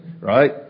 right